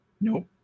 Nope